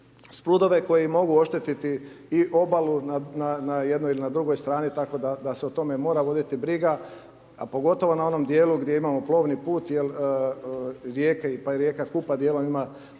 sprudove, koji mogu oštetiti i obalu, na jednoj il' na drugoj strani, tako da se o tome mora voditi briga, a pogotovo na onom dijelu gdje imamo plovni put, jer rijeke, pa i rijeka Kupa, dijelom ima